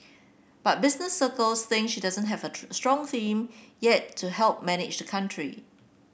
but business circles think she doesn't have a strong team yet to help manage the country